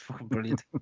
brilliant